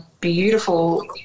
beautiful